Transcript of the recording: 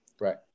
Right